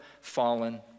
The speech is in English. fallen